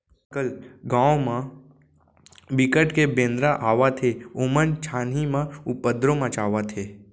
आजकाल गाँव म बिकट के बेंदरा आवत हे ओमन छानही म उपदरो मचावत हे